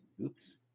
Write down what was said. oops